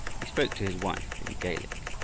he spoke to his wife in gaelic.